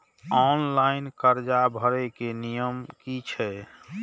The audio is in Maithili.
ऑनलाइन कर्जा भरे के नियम की छे?